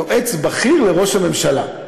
יועץ בכיר לראש הממשלה".